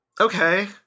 Okay